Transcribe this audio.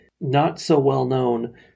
not-so-well-known